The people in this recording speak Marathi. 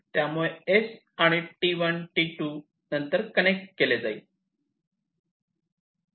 त्यामुळे S आणि T1 T2 नंतर कनेक्ट केले जाईल